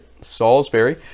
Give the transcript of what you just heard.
Salisbury